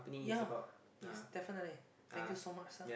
yea yes definitely thank you so much sir